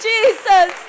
Jesus